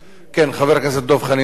כן, חבר הכנסת דב חנין, דקה.